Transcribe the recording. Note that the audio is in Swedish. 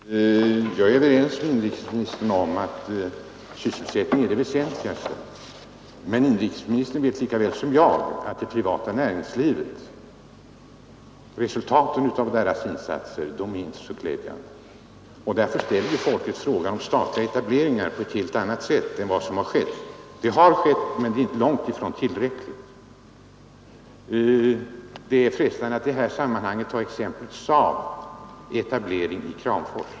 Herr talman! Jag är överens med inrikesministern om att sysselsättningen är det väsentligaste. Därför har också denna fråga blivit ställd. Men inrikesministern vet lika väl som jag att resultaten av det privata näringslivets insatser inte är så glädjande i Västernorrland. Därför ställer folket frågan om det kan bli statliga etableringar på ett helt annat sätt än vad som hittills har skett. De har förekommit men är långt ifrån tillräckliga. Det är frestande att i detta sammanhang ta exemplet med SAAB:s etablering i Kramfors.